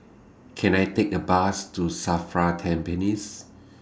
Can I Take A Bus to SAFRA Tampines